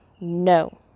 no